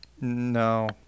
No